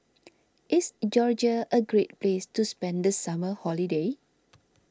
is Georgia a great place to spend the summer holiday